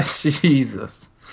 jesus